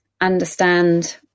understand